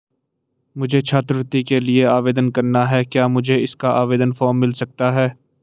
मुझे छात्रवृत्ति के लिए आवेदन करना है क्या मुझे इसका आवेदन फॉर्म मिल सकता है?